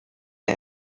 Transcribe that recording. der